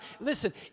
Listen